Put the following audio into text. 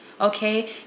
okay